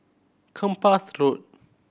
Kempas Road